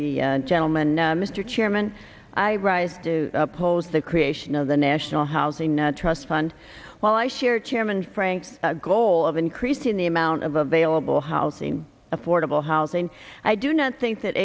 the gentleman mr chairman i rise do oppose the creation of the national housing net trust fund while i share chairman frank goal of increasing the amount of available housing affordable housing i do not think that